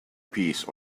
piece